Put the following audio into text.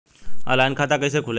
Online खाता कइसे खुलेला?